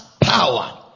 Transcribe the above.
power